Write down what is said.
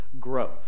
growth